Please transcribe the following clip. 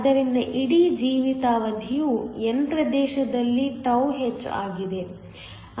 ಆದ್ದರಿಂದ ಇಡೀ ಜೀವಿತಾವಧಿಯು n ಪ್ರದೇಶದಲ್ಲಿ τh ಆಗಿದೆ